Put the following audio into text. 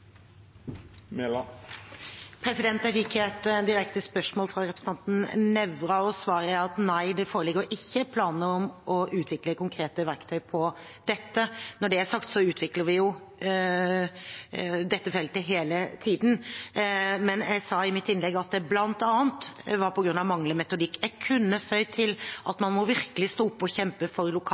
Jeg fikk et direkte spørsmål fra representanten Nævra, og svaret er: Nei, det foreligger ikke planer om å utvikle konkrete verktøy på det feltet. Når det er sagt, utvikler vi dette feltet hele tiden. Jeg sa i mitt innlegg at det bl.a. var på grunn av manglende metodikk. Jeg kunne føyd til at man må virkelig stå opp og kjempe for